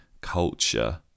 culture